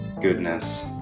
goodness